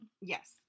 Yes